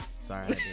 Sorry